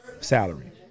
Salary